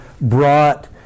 brought